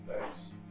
Thanks